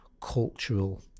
cultural